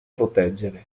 proteggere